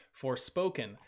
Forspoken